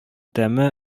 тәме